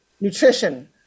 nutrition